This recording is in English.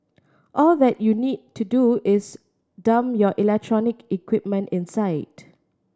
all that you need to do is dump your electronic equipment inside